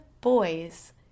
boys